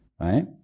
right